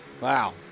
wow